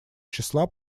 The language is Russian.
числа